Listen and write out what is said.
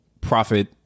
profit